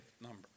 number